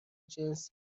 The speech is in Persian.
جنس